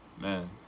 Man